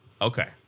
Okay